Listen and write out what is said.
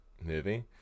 movie